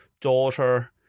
daughter